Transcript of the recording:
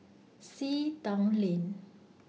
Sea Town Lane